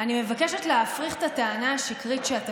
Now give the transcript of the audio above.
אני מבקשת להפריך את הטענה השקרית שאתה